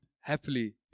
happily